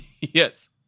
Yes